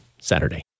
Saturday